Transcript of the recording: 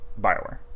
Bioware